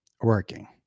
working